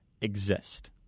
exist